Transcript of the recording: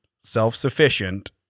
self-sufficient